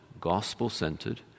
gospel-centered